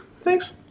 Thanks